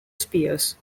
spears